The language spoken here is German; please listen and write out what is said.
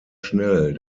schnell